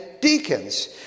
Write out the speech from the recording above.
deacons